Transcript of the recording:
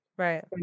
Right